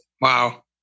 Wow